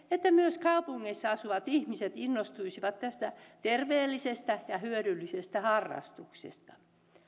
että myös kaupungeissa asuvat ihmiset innostuisivat tästä terveellisestä ja hyödyllisestä harrastuksesta